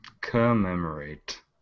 Commemorate